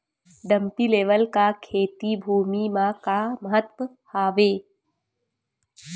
Dumpy level का खेती भुमि म का महत्व हावे?